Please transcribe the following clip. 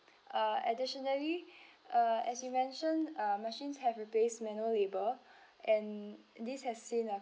uh additionally uh as you mention uh machines have replaced manual labor and this has seen a